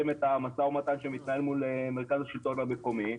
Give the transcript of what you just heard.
את המשא ומתן שמתנהל מול מרכז השלטון המקומי,